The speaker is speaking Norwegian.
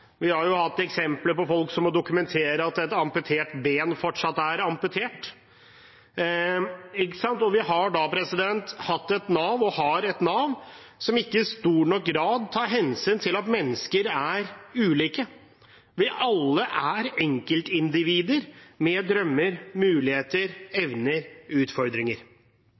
Vi har jo hatt eksempler på folk som må dokumentere at et amputert ben fortsatt er amputert. Vi har da hatt og har et Nav som ikke i stor nok grad tar hensyn til at mennesker er ulike. Vi er alle enkeltindivider med drømmer, muligheter, evner og utfordringer.